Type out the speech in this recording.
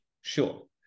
sure